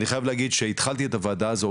אני חייב להגיד שהתחלתי את הוועדה הזו,